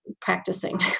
practicing